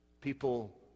People